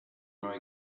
more